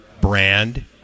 brand